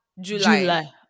July